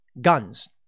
guns